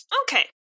Okay